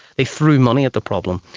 they threw money at the problem.